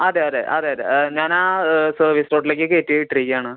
അതെ അതെ അതെ അതെ ഞാനാ സർവീസ് സ്പോട്ടിലേക്ക് കയറ്റി ഇട്ടിരിയ്ക്കയാണ്